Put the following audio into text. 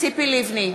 ציפי לבני,